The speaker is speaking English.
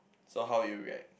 so how would you react